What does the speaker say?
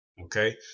Okay